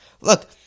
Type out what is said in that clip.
Look